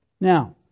Now